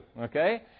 okay